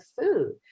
food